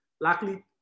Luckily